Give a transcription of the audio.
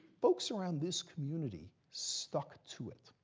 folks around this community stuck to it.